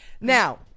now